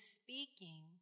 speaking